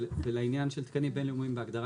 ולעניין של תקנים בינלאומיים בהגדרה